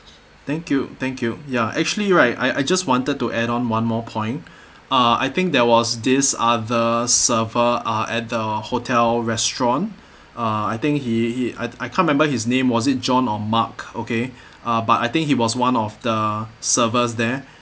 thank you thank you ya actually right I I just wanted to add on one more point uh I think there was this other servers are at the hotel restaurant uh I think he he I I can't remember his name was it john or mark okay uh but I think he was one of the servers there